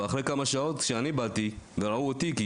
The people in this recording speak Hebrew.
אחרי כמה שעות, כשבאתי, הם